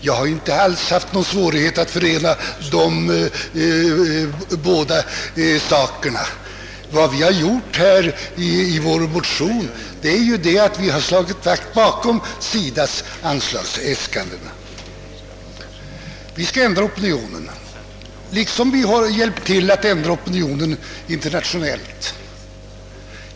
Jag har inte alls haft någon : svårighet att förena de båda funktionerna. Vi har ju i vår motion och i våra yrkanden endast slutit upp bakom SIDA:s anslagsäskande. Vi skall ändra opinionen här hemma på samma sätt som vi hjälpt till att ändra den internationella opinionen.